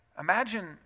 Imagine